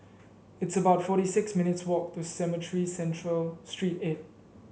it's about forty six minutes' walk to Cemetry Central Street eight